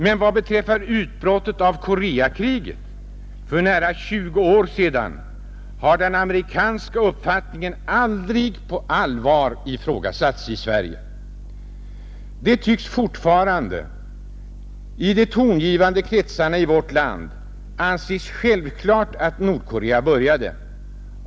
Men vad beträffar utbrottet av Koreakriget för nära 20 år sedan har den amerikanska uppfattningen aldrig på allvar ifrågasatts i Sverige. Det tycks fortfarande i de tongivande kretsarna i vårt land anses självklart att Nordkorea började kriget.